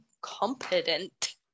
competent